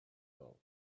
thought